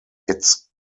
its